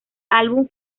álbum